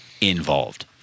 involved